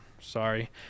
Sorry